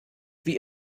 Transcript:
wie